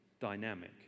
dynamic